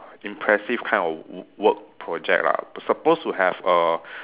impressive kind of w~ work project lah supposed to have a